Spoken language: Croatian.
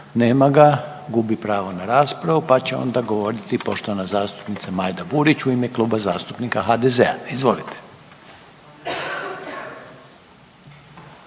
Nema ga, gubi pravo na raspravu, pa će onda govoriti poštovana zastupnica Majda Burić u ime Kluba zastupnika HDZ-a, izvolite.